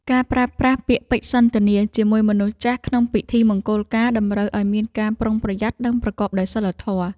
ការប្រើប្រាស់ពាក្យពេចន៍សន្ទនាជាមួយមនុស្សចាស់ក្នុងពិធីមង្គលការ តម្រូវឱ្យមានការប្រុងប្រយ័ត្ន និងប្រកបដោយសីលធម៌។